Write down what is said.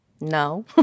No